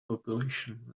population